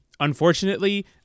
Unfortunately